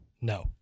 No